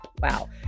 Wow